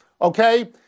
okay